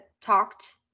talked